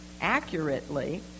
accurately